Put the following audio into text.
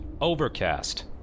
Overcast